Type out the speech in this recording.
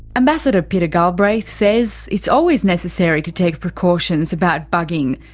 ambassador peter galbraith says it's always necessary to take precautions about bugging,